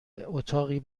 اتاقی